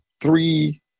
three